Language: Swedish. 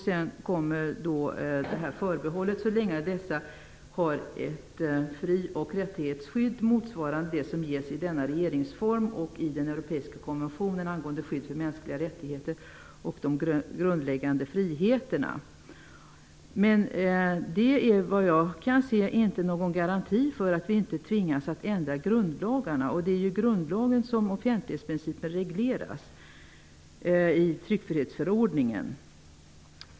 Sedan kommer förbehållet: så länge dessa har ett fri och rättighetsskydd motsvarande det som ges i denna regeringsform och i den europeiska konventionen angående skydd för mänskliga rättigheter och de grundläggande friheterna. Såvitt jag kan se finns det ingen garanti för att vi inte kan komma att tvingas ändra våra grundlagar. Det är i grundlagen som offentlighetsprincipen regleras, närmare bestämt i tryckfrihetsförordningen.